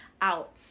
out